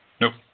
Nope